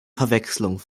verwechslung